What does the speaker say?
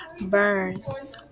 burns